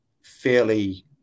fairly